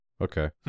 okay